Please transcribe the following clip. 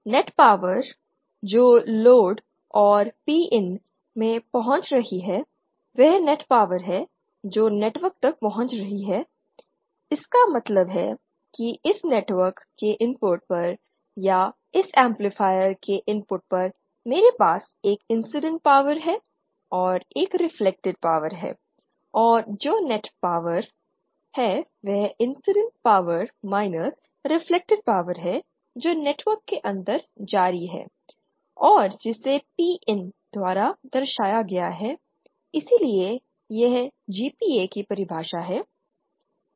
net power जो load और P IN में पहुंच रही है वह नेट पावर है जो नेटवर्क तक पहुंच रही है इसका मतलब है कि इस नेटवर्क के इनपुट पर या इस एम्पलीफायर के इनपुट पर मेरे पास एक इंसिडेंट पावर है और एक रेफ्लेक्टेड पॉवर है और जो नेट पावर है वह incident power minus reflected power है जो नेटवर्क के अंदर जा रही है और जिसे Pin द्वारा दर्शाया गया है इसलिए यह GPA की परिभाषा है